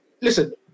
listen